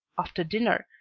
after dinner,